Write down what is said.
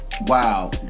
wow